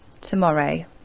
tomorrow